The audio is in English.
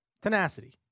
Tenacity